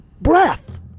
breath